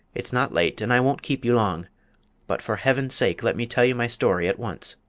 it's not late, and i won't keep you long but for heaven's sake, let me tell you my story at once.